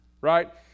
right